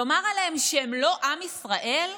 לומר עליהם שהם לא עם ישראל?